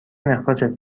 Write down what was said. اخراجت